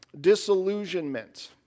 disillusionment